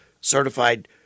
certified